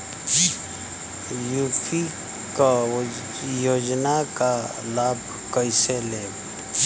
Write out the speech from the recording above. UP क योजना क लाभ कइसे लेब?